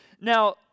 Now